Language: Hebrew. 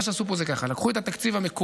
מה שעשו פה זה ככה: לקחו את התקציב המקורי